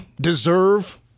deserve